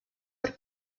per